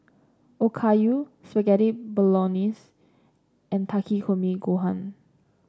Okayu Spaghetti Bolognese and Takikomi Gohan